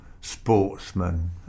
sportsman